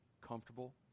comfortable